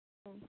হুম